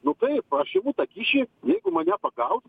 nu taip aš imu tą kyšį jeigu mane pagaus